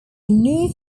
new